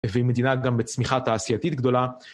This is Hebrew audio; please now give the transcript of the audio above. ועם מדינה גם בצמיחה תעשייתית גדולה.